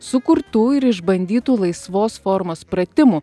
sukurtų ir išbandytų laisvos formos pratimų